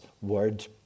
word